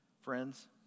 Friends